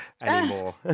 anymore